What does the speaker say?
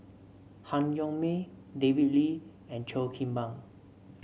Han Yong May David Lee and Cheo Kim Ban